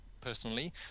personally